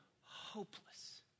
hopeless